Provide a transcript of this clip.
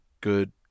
good